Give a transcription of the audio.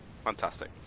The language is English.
Fantastic